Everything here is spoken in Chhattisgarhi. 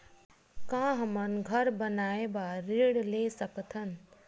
का हमन घर बनाए बार ऋण ले सकत हन?